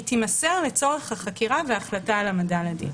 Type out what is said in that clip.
היא תימסר לצורך החקירה והחלטה על העמדה לדין".